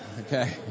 Okay